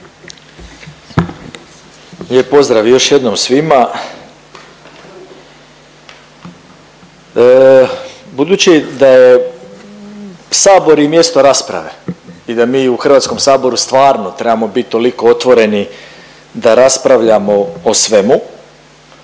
Lijep pozdrav još jednom svima. Budući da je sabor i mjesto rasprave i da mi u Hrvatskom saboru stvarno trebamo biti toliko otvoreni da raspravljamo o svemu,